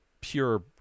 pure